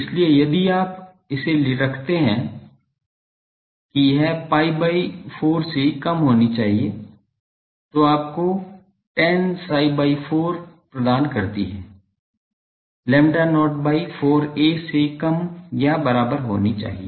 इसलिए यदि आप इसे रखते हैं कि यह pi by 4 से कम होनी चाहिए जो आपको tan psi by 4 प्रदान करती है lambda not by 4 a से कम या बराबर होनी चाहिए